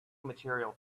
material